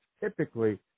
typically